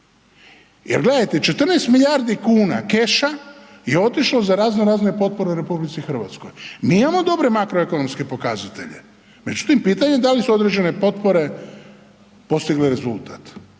Jer gledajte, 14 milijardi kuna keša je otišlo za razno razne potpore u RH, mi imamo dobre makroekonomske pokazatelje, međutim pitanje je da li su određene potpore postigle rezultat.